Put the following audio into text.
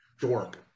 Dork